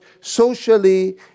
socially